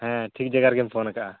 ᱦᱮᱸ ᱴᱷᱤᱠ ᱡᱟᱭᱜᱟ ᱨᱮᱜᱮᱢ ᱯᱷᱳᱱ ᱟᱠᱟᱫᱼᱟ